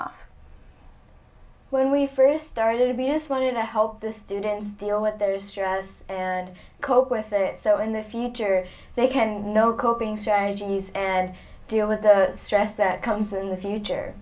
off when we first started to be honest wanted to help the students deal with their stress and cope with it so in the future they can know coping strategies and deal with the stress that comes in the future